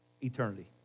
Eternity